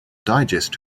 digest